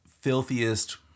filthiest